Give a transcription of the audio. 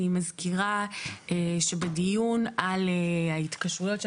אני מזכירה שבדיון על ההתקשרויות של